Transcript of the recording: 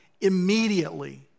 Immediately